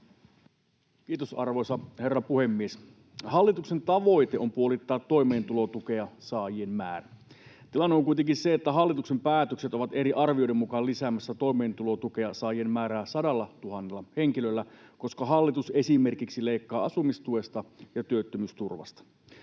Kiitos, arvoisa herra puhemies! Hallituksen tavoite on puolittaa toimeentulotukea saavien määrä. Tilanne on kuitenkin se, että hallituksen päätökset ovat eri arvioiden mukaan lisäämässä toimeentulotukea saavien määrää 100 000 henkilöllä, koska hallitus esimerkiksi leikkaa asumistuesta ja työttömyysturvasta.